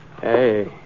Hey